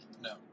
No